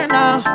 now